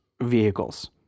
vehicles